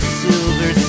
silver